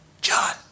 John